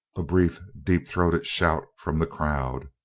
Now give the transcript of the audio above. a brief, deep-throated shout from the crowd.